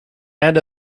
add